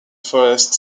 forest